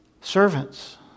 servants